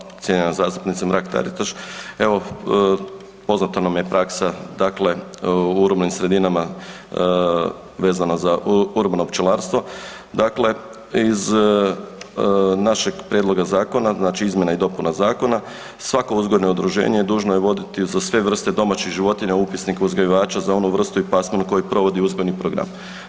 Evo, hvala cijenjena zastupnice Mrak-Taritaš, evo poznata nam je praksa dakle u urbanim sredinama vezano za urbano pčelarstvo, dakle, iz našeg prijedloga zakona, znači izmjena i dopuna zakona, svako uzgojno udruženje dužno je voditi za sve vrste domaćih životinja upisnik uzgajivača za onu vrstu i pasminu koju provodi uzgojni program.